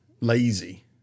Lazy